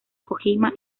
kojima